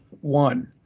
one